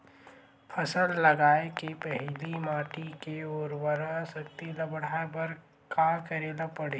फसल लगाय के पहिली माटी के उरवरा शक्ति ल बढ़ाय बर का करेला पढ़ही?